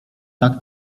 tak